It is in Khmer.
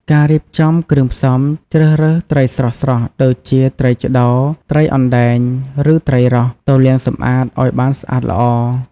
ការរៀបចំគ្រឿងផ្សំជ្រើសរើសត្រីស្រស់ៗដូចជាត្រីឆ្តោរ ត្រីអណ្តែង ឬត្រីរ៉ស់ ទៅលាងសម្អាតឲ្យបានស្អាតល្អ។